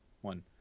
one